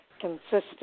consistent